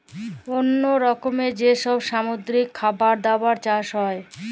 অল্লো রকমের যে সব সামুদ্রিক খাবার দাবার চাষ হ্যয়